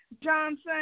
Johnson